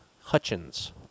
Hutchins